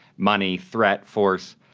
money, threat, force.